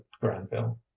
granville